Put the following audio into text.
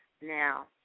Now